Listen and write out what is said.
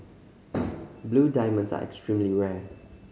blue diamonds are extremely rare